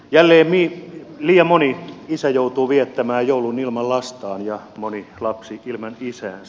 jälleen liian moni isä joutuu viettämään joulun ilman lastaan ja moni lapsi ilman isäänsä